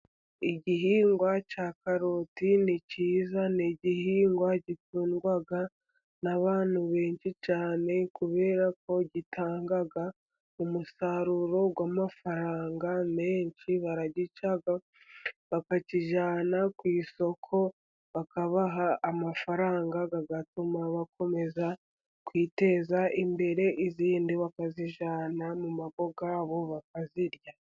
Igihingwa cya karoti ni cyiza. Ni igihingwa gikundwa n'abantu benshi cyane, kubera ko gitanga umusaruro w'amafaranga menshi. Baragica bakakijjyana ku isoko, bakabaha amafaranga, atuma bakomeza kwiteza imbere, izindi bakazijyana mu ngo iwabo bakazirya.